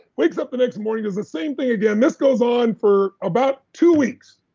wakes up the next morning, does the same thing again. this goes on for about two weeks.